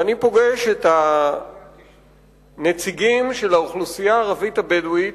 ואני פוגש את הנציגים של האוכלוסייה הערבית הבדואית,